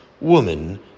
woman